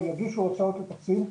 או יגישו הצעות לתקציב.